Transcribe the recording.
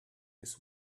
his